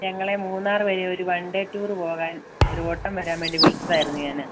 ഞങ്ങൾ മൂന്നാർ വഴി ഒരു വൺ ഡേ ടൂറ് പോകാൻ ഒരു ഓട്ടം വരാൻ വേണ്ടി വിളിച്ചതായിരുന്നു ഞാൻ